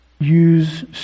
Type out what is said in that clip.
Use